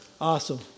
Awesome